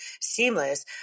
seamless